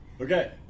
Okay